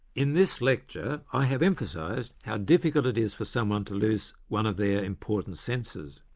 in this lecture i have emphasised how difficult it is for someone to lose one of their important senses.